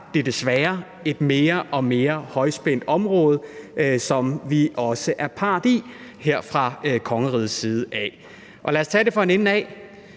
som desværre er et mere og mere højspændt område, som vi også her i kongeriget er part i. Lad os tage det fra en ende af.